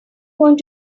going